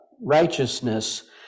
righteousness